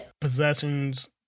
possessions